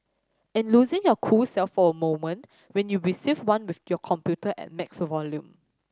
and losing your cool self for a moment when you receive one with your computer at max volume